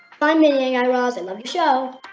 bye, mindy and guy raz. i love your show